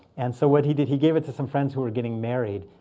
and so what he did, he gave it to some friends who were getting married.